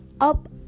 up